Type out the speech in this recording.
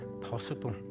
possible